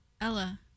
Ella